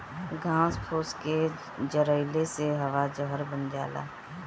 घास फूस के जरइले से हवा जहर बन जाला